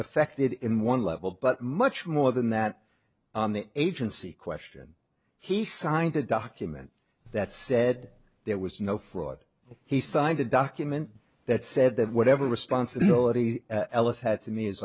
affected in one level but much more than that on the agency question he signed a document that said there was no fraud he signed a document that said that whatever responsibility ellis had to me is